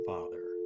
Father